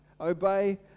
Obey